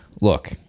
look